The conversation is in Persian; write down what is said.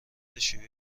شیوع